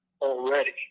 already